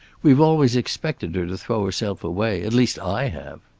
we've always expected her to throw herself away at least i have.